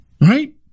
Right